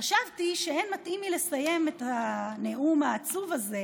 חשבתי שאין מתאים מלסיים את הנאום העצוב הזה